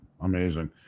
Amazing